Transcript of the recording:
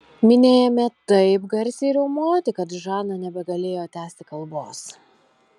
minia ėmė taip garsiai riaumoti kad žana nebegalėjo tęsti kalbos